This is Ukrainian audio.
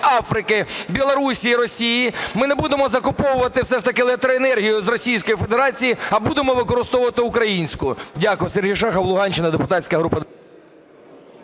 Африки, Білорусії і Росії, ми не будемо закуповувати все ж таки електроенергію з Російської Федерації, а будемо використовувати українську? Дякую. Сергій Шахов, Луганщина, депутатська група